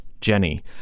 Jenny